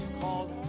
called